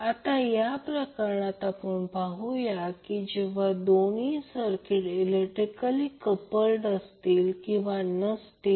आता या प्रकरणात आपण पाहूया जेव्हा दोन्ही लूप इलेक्ट्रिकली कप्लड असतील किंवा नसतील